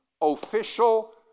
official